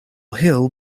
hill